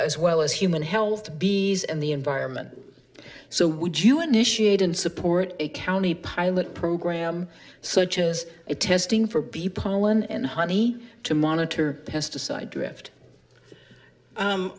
as well as human health b and the environment so would you initiate and support a county pilot program such as a testing for b pollen and honey to monitor pesticide drift